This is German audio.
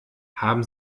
haben